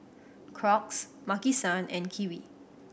Crocs Maki San and Kiwi